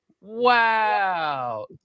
Wow